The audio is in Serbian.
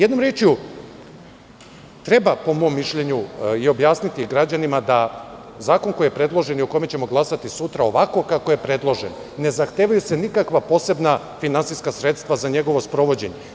Jednom rečju, treba, po mom mišljenju, objasniti građanima da zakon koji je predložen i o kome ćemo glasati sutra, ovako kako je predložen, ne zahtevaju se nikakva posebna finansijska sredstva za njegovo sprovođenje.